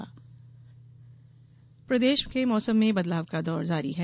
मौसम प्रदेश के मौसम में बदलाव का दौर जारी है